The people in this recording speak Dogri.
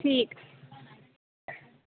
ठीक